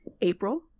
April